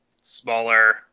smaller